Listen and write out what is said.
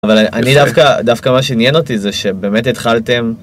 אבל אני דווקא, דווקא מה שעניין אותי זה שבאמת התחלתם...